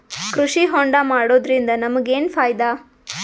ಕೃಷಿ ಹೋಂಡಾ ಮಾಡೋದ್ರಿಂದ ನಮಗ ಏನ್ ಫಾಯಿದಾ?